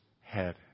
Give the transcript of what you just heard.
head